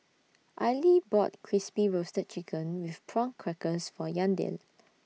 Aili bought Crispy Roasted Chicken with Prawn Crackers For Yandel